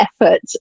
effort